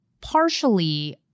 Partially